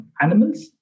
animals